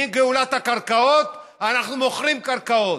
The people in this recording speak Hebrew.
מגאולת הקרקעות אנחנו מוכרים קרקעות.